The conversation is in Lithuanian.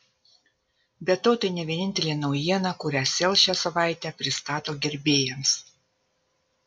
be to tai ne vienintelė naujiena kurią sel šią savaitę pristato gerbėjams